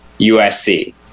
USC